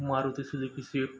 Maruti Suzuki swift